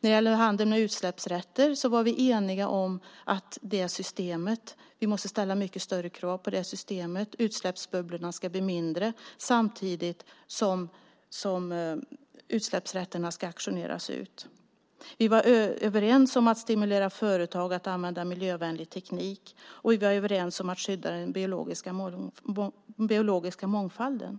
När det gäller handeln med utsläppsrätter var vi eniga om att vi måste ställa mycket större krav på systemet. Utsläppsbubblorna ska bli mindre samtidigt som utsläppsrätterna ska auktioneras ut. Vi var överens om att stimulera företag att använda miljövänlig teknik och att skydda den biologiska mångfalden.